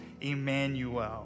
Emmanuel